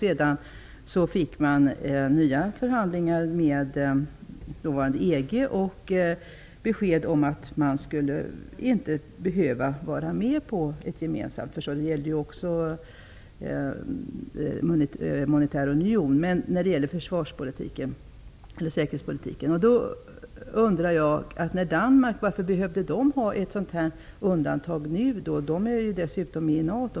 Efter nya förhandlingar med EG fick man besked om att man inte skulle behöva vara med om ett gemensamt försvar; det gällde även frågan om en monetär union. Varför behövde man ett sådant undantag i Danmark? Man är ju ändå med i NATO.